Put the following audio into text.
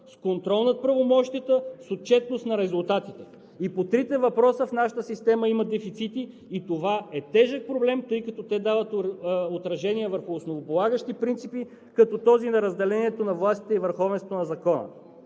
с контрол над правомощията, с отчетност на резултатите. И по трите въпроса в нашата система има дефицити. Това е тежък проблем, тъй като те дават отражение върху основополагащи принципи като този на разделението на властите и върховенството на закона.